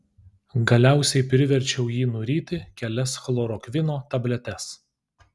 galiausiai priverčiau jį nuryti kelias chlorokvino tabletes